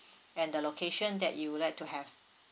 and the location that you would like to have